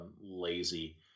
lazy